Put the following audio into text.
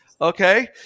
okay